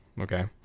Okay